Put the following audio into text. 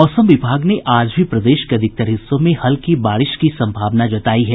मौसम विभाग ने आज भी प्रदेश के अधिकतर हिस्सों में हल्की बारिश की सम्भावना जतायी है